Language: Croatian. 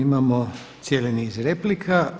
Imamo cijeli niz replika.